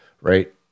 Right